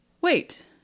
Wait